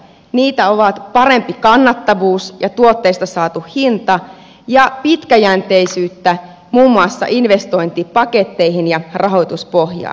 niitä ovat parempi kannattavuus ja tuotteista saatu hinta sekä pitkäjänteisyyttä muun muassa investointipaketteihin ja rahoituspohjaan